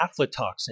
aflatoxin